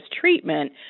treatment